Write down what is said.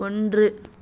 ஒன்று